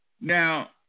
Now